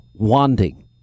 wanding